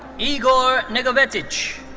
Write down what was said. igor negovetic.